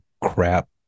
crap